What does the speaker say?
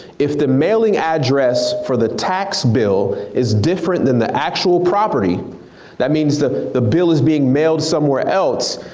if the mailing address for the tax bill is different than the actual property that means the the bill is being mailed somewhere else.